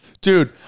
Dude